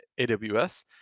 AWS